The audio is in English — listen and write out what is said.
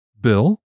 Bill